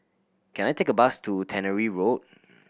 can I take a bus to Tannery Road